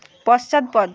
পশ্চাৎপদ